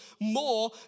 more